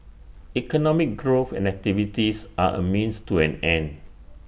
economic growth and activities are A means to an end